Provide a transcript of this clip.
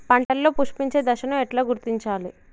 పంటలలో పుష్పించే దశను ఎట్లా గుర్తించాలి?